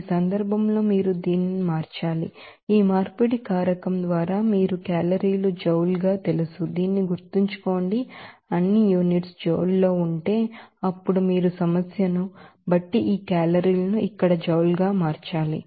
ఈ సందర్భంలో మీరు దీనిని మార్చాలి ఈ కన్వర్షన్ ఫాక్టర్ ద్వారా మీకు calorie లు joule గా తెలుసు దీనిని గుర్తుంచుకోండి అన్ని units joule లో ఉంటే అప్పుడు మీరు సమస్యను బట్టి ఈ calorieను ఇక్కడ joule గా మార్చాలి